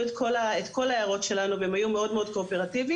את כל ההערות שלנו והם היו מאוד קואופרטיביים,